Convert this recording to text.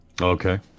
Okay